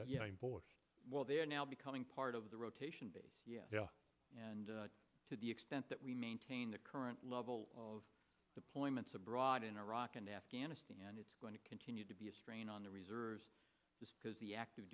while they're now becoming part of the rotation be yeah and to the extent that we maintain the current level of deployments abroad in iraq and afghanistan it's going to continue to be a strain on the reserves because the active